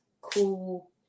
cool